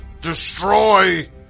destroy